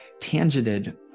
tangented